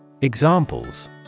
Examples